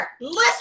listen